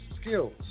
skills